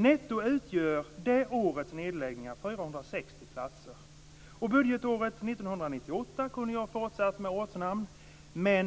Netto utgör det årets nedläggningar 460 platser. Vad gäller budgetåret 1998 skulle jag kunna fortsätta att nämna ortnamn;